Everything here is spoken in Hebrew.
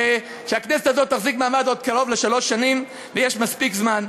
שהכנסת הזאת תחזיק מעמד עוד קרוב לשלוש שנים ויש מספיק זמן.